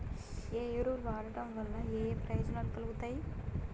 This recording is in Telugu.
ఏ ఎరువులు వాడటం వల్ల ఏయే ప్రయోజనాలు కలుగుతయి?